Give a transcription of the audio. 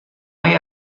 hay